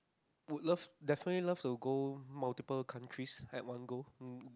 would love definitely love to go multiple countries at one goal um